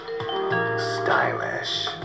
stylish